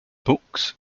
books